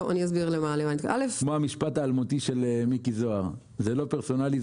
זה כמו המשפט האלמותי של מיקי זוהר זה לא פרסונלי,